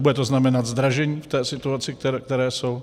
Bude to znamenat zdražení v té situaci, ve které jsou?